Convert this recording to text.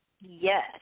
Yes